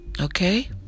Okay